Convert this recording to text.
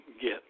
get